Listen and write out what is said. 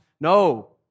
No